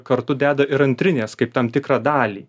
kartu deda ir antrinės kaip tam tikrą dalį